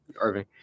irving